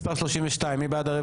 66, מי בעד?